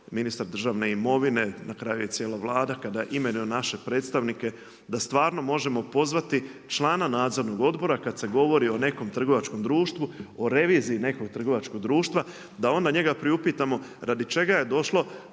ministar državne imovine, na kraju i cijela Vlada kada imenuje naše predstavnike, da stvarno možemo pozvati člana nadzornog odbora, kad se govori o nekom trgovačkom društvu, o reviziji nekog trgovačkog društva, da onda njega priupitamo, radi čega je došlo